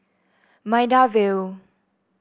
Maida Vale